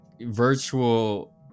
virtual